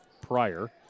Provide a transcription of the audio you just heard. prior